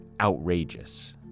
outrageous